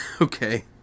Okay